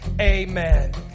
Amen